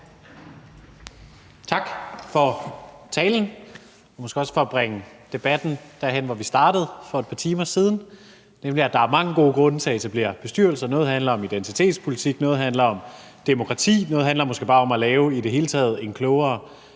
Tak for talen og også for at bringe debatten derhen, hvor vi startede for et par timer siden, nemlig til det med, at der er mange gode grunde til at etablere bestyrelser. Noget handler om identitetspolitik, noget handler om demokrati, noget handler måske i det hele taget bare